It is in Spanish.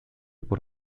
por